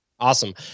Awesome